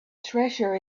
treasure